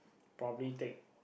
probably take